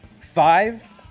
five